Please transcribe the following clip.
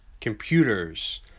computers